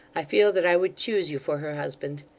i feel that i would choose you for her husband.